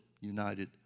united